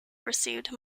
received